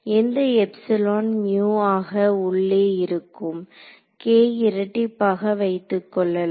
அந்த epsilon mu ஆக உள்ளே இருக்கும் k இரட்டிப்பாக வைத்துக் கொள்ளலாம்